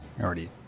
Already